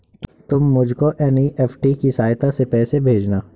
तुम मुझको एन.ई.एफ.टी की सहायता से ही पैसे भेजना